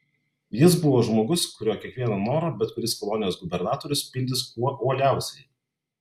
jis buvo žmogus kurio kiekvieną norą bet kuris kolonijos gubernatorius pildys kuo uoliausiai